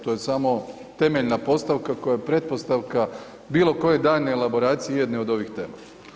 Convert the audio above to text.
To je samo temeljna postavka koja je pretpostavka bilo koje daljnje elaboracije jedne od ovih tema.